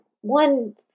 one